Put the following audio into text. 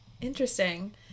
Interesting